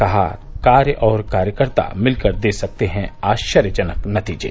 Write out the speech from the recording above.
कहा कार्य और कार्यकर्ता मिलकर दे सकते हैं आश्चर्यजनक नतीजे